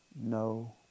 no